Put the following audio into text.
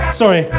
sorry